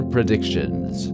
Predictions